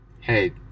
hey